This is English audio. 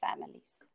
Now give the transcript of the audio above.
families